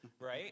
right